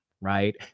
right